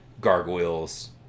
gargoyles